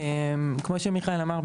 כמו שמיכאל אמר,